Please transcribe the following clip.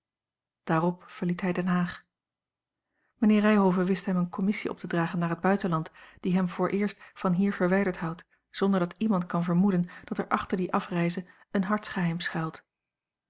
verliet hij den haag mijnheer ryhove wist hem eene commissie op te dragen naar het buitenland die hem vooreerst van hier verwijderd houdt zonder dat iemand kan vermoeden dat er achter die afreize een harts geheim schuilt